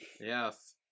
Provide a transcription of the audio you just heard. Yes